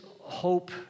hope